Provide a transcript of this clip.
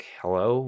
hello